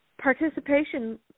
participation